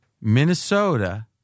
Minnesota